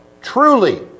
truly